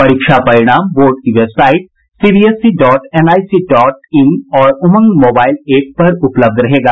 परीक्षा परिणाम बोर्ड की website CBSE dot NIC dot in और उमंग मोबाईल एप पर उपलब्ध रहेगा